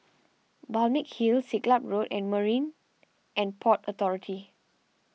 Balmeg Hill Siglap Road and Marine and Port Authority